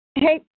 Hey